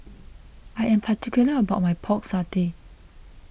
I am particular about my Pork Satay